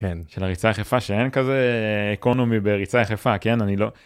כן של הריצה יחפה שאין כזה אקונומי בריצה יחפה כן אני לא.